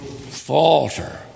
falter